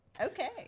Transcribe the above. okay